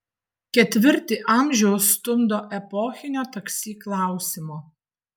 ketvirtį amžiaus stumdo epochinio taksi klausimo